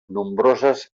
nombroses